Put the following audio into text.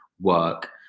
work